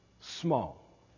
small